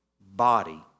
body